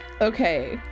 Okay